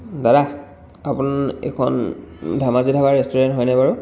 দাদা আপোন এইখন ধেমাজি ধাবা ৰেষ্টুৰেণ্ট হয়নে বাৰু